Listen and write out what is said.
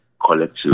collective